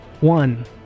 One